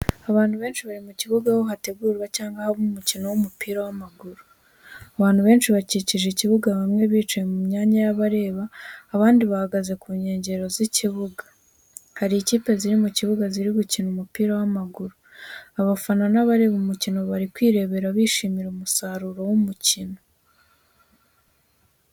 Abantu benshi bari mu kibuga aho hategurwa cyangwa haba umukino w’umupira w’amaguru. Abantu benshi bakikije ikibuga, bamwe bicaye mu myanya y’abareba, abandi bahagaze ku nkengero z’ikibuga. Hari ikipe ziri mu kibuga ziri gukina umupira w’amaguru. Abafana n’abareba umukino bari kwirebera bishimira umusaruro w’imikino.